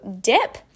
dip